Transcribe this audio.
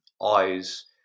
Eyes